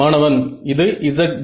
மாணவன் இது z d